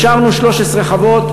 הכשרנו 13 חוות,